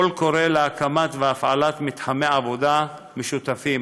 קול קורא להקמת והפעלת מתחמי עבודה משותפים,